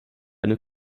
eine